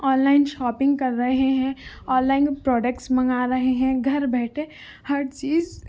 on line shopping کر رہے ہیں آن لائن پروڈکٹس منگا رہے ہیں گھر بیٹھے ہر چیز